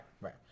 right